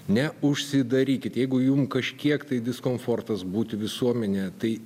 neužsidarykit jeigu jum kažkiek tai diskomfortas būti visuomenėje tai